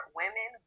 women